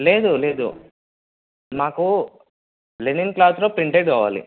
లేదు లేదు మాకు లినిన్ క్లాత్లో ప్రింటెడ్ కావాలి